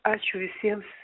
ačiū visiems